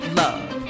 love